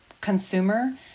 consumer